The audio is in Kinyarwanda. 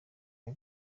iya